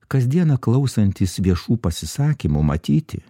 kasdieną klausantis viešų pasisakymų matyti